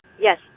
Yes